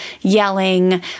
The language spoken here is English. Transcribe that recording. yelling